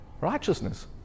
righteousness